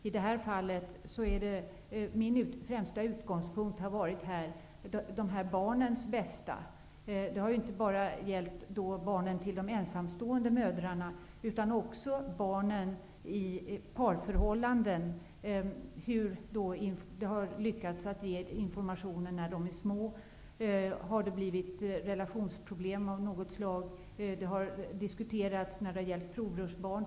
I den här diskussionen har min främsta utgångspunkt varit barnen bästa. Det har inte enbart gällt barnen till de ensamstående mödrarna, utan även barnen i parförhållanden. Jag tänker då på hur man har lyckats med att ge information när barnen är små, och om det har uppstått något slags relationsproblem. Man har diskuterat det här när det gäller exempelvis provrörsbarn.